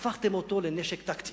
הפכתם אותו לנשק טקטי.